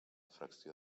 fracció